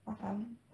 faham